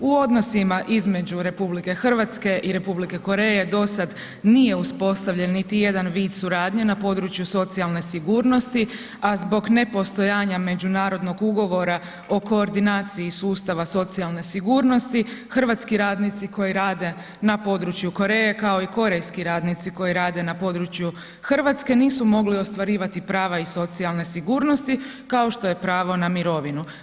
U odnosima između RH i Republike Koreje do sad nije uspostavljen niti jedan vid suradnje na području socijalne sigurnosti, a zbog nepostojanja međunarodnog ugovora o koordinaciji sustava socijalne sigurnosti hrvatski radnici koji rade na području Koreje kao i korejski radnici koji rade na području Hrvatske nisu mogli ostvarivati prava iz socijalne sigurnosti kao što je pravo na mirovinu.